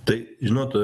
tai žinot